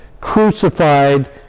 crucified